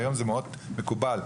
היום זה מקובל מאוד,